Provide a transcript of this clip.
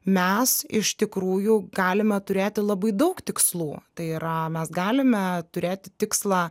mes iš tikrųjų galime turėti labai daug tikslų tai yra mes galime turėti tikslą